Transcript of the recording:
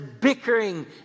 bickering